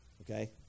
Okay